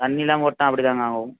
தண்ணி இல்லாம ஓட்டுனா அப்படிதாங்க ஆகும்